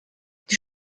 die